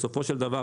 בסופו של דבר,